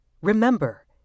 Remember